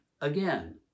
again